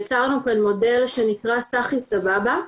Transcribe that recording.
יצרנו כאן מודל שנקרא סחי סבבה,